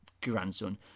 grandson